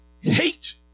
hate